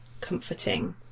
comforting